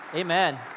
Amen